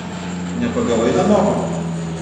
nepagavai namioko